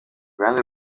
ruhande